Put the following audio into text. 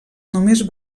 només